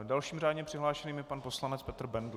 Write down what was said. Dalším řádně přihlášeným je pan poslanec Petr Bendl.